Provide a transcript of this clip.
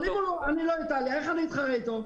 אבל אם אני לא איטליה, איך אני אתחרה איתה?